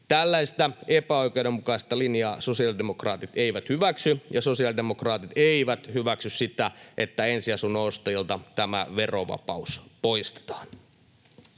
Tällaista epäoikeudenmukaista linjaa sosiaalidemokraatit eivät hyväksy, ja sosiaalidemokraatit eivät hyväksy sitä, että ensiasunnon ostajilta tämä verovapaus poistetaan.